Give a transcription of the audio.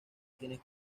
quienes